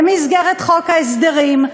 במסגרת חוק ההסדרים,